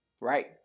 Right